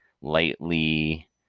lightly